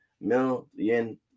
million